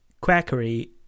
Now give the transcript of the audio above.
quackery